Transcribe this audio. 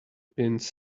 pins